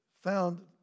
found